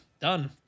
Done